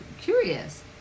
curious